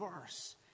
verse